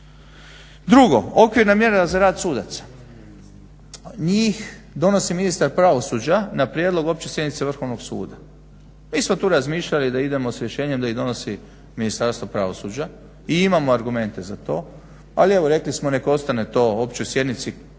Drugo, okvirna mjera za rad sudaca. Njih donosi ministar pravosuđa na prijedlog opće sjednice Vrhovnog suda. Mi smo tu razmišljali da idemo s rješenjem da ih donosi Ministarstvo pravosuđa i imamo argumente za to, ali evo rekli smo nek ostane to općoj sjednici, oni su